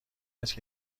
است